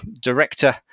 director